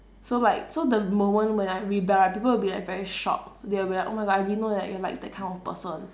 so like so the moment when I rebel right people will be like very shocked they will be like oh my god I didn't know that you're like that kind of person